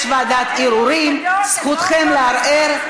יש ועדת ערעורים, זכותכם לערער.